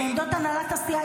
בעמדות הנהלת הסיעה,